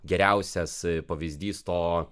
geriausias pavyzdys to